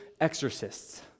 exorcists